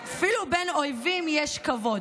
אפילו בין אויבים יש כבוד.